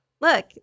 look